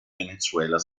venezuela